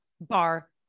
bar